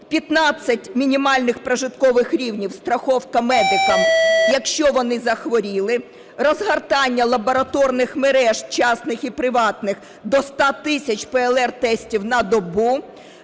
15 мінімальних прожиткових мінімумів страховка медикам, якщо вони захворіли; розгортання лабораторних мереж, часних і приватних, до 100 тисяч ПЛР-тестів на добу.